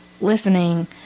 listening